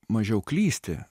mažiau klysti